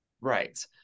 Right